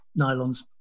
nylons